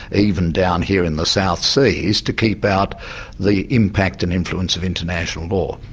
even down here in the south seas, to keep out the impact and influence of international law.